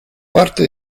parte